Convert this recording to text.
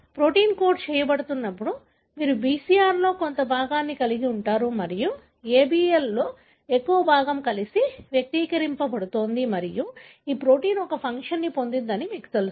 కాబట్టి protein code చేయబడుతున్నప్పుడు మీరు BCR లో కొంత భాగాన్ని కలిగి ఉంటారు మరియు ABL లో ఎక్కువ భాగం కలిసి వ్యక్తీకరించబడుతోంది మరియు ఈ ప్రోటీన్ ఒక ఫంక్షన్ను పొందిందని మీకు తెలుసు